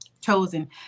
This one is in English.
chosen